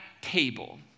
table